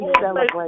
celebrate